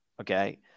okay